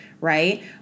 Right